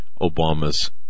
Obama's